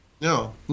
No